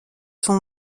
sont